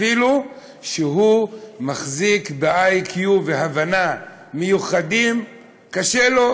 אפילו שהוא מחזיק ב-IQ והבנה מיוחדים קשה לו,